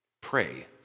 pray